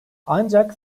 ancak